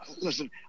listen